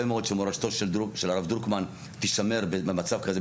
מאוד שמורשתו של הרב דרוקמן תישמר במצב כזה,